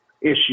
issue